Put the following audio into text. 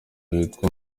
witwa